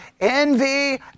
envy